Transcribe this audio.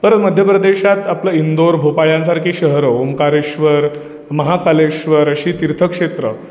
तर मध्य प्रदेशात आपलं इंदोर भोपाळ यांसारखी शहरं ओंकारेश्वर महाकालेश्वर अशी तीर्थक्षेत्रं